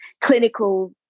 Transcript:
clinical